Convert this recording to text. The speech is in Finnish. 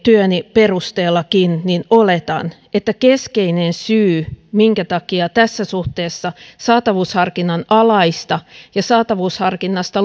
perusteellakin oletan että keskeinen syy minkä takia tässä suhteessa saatavuusharkinnan alaista ja saatavuusharkinnasta